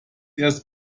erst